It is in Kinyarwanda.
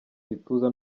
gituza